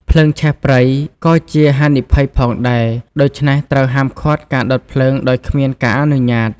ភ្លើងឆេះព្រៃ ក៏ជាហានិភ័យផងដែរ ដូច្នេះត្រូវហាមឃាត់ការដុតភ្លើងដោយគ្មានការអនុញ្ញាត។